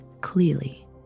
clearly